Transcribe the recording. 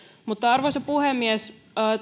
arvoisa puhemies